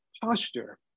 posture